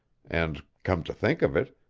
and, come to think of it,